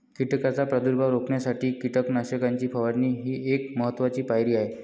कीटकांचा प्रादुर्भाव रोखण्यासाठी कीटकनाशकांची फवारणी ही एक महत्त्वाची पायरी आहे